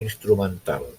instrumental